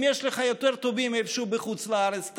אם יש לך יותר טובים איפשהו בחוץ לארץ,